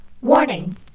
Warning